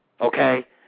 okay